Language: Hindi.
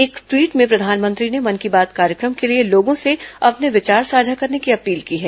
एक ट्वीट में प्रधानमंत्री ने मन की बात कार्यक्रम के लिए लोगों से अपने विचार साझा करने की अपील की है